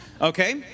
Okay